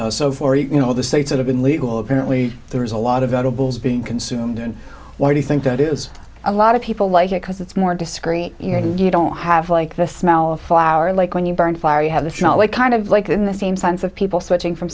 shift so for you know the states that have been legal apparently there's a lot of vegetables being consumed and why do you think that is a lot of people like it because it's more discreet and you don't have like the smell of flour like when you burn fire you have the kind of like in the same sense of people switching from